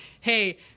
hey